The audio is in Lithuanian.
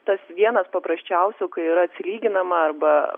tas vienas paprasčiausių kai yra atsilyginama arba